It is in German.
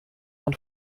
man